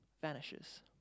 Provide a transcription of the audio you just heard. vanishes